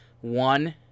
one